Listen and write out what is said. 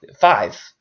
five